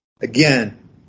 Again